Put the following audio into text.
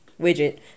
widget